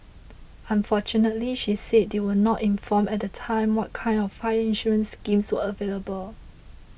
unfortunately she said they were not informed at the time what kinds of fire insurance schemes were available